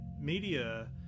media